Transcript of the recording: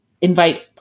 invite